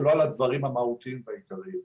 ולא על הדברים המהותיים והעיקריים.